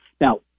Now